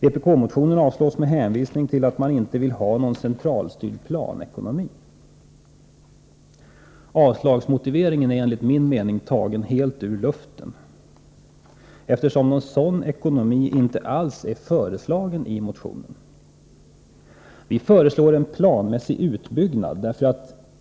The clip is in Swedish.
Vpk-motionen avstyrktes med hänvisning till att man inte vill ha någon centralstyrd planekonomi. Motiveringen är, enligt min mening, helt tagen ur luften, eftersom någon sådan typ av ekonomi inte alls har föreslagits i motionen. Vi föreslår en planmässig utbyggnad.